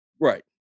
Right